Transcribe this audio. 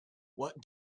what